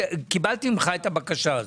קיבלתי ממך את הבקשה הזאת.